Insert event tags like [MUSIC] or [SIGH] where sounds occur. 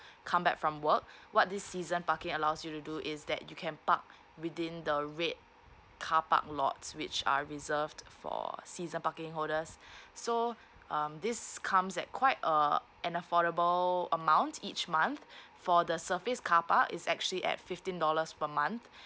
come back from work what this season parking allows you to do is that you can park within the red carpark lots which are reserved for season parking holders [BREATH] so um this comes at quite err an affordable amount each month for the surface carpark is actually at fifteen dollars per month